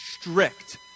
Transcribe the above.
strict